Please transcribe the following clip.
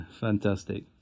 Fantastic